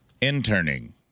Interning